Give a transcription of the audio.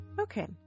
Okay